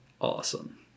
awesome